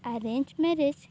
arrange marriage